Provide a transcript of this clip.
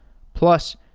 plus,